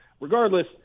Regardless